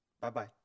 Bye-bye